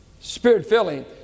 spirit-filling